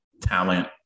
talent